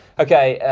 okay,